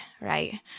right